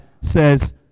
says